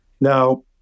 Now